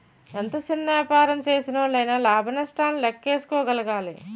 ఎంత సిన్న యాపారం సేసినోల్లయినా లాభ నష్టాలను లేక్కేసుకోగలగాలి